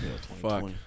Fuck